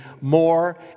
more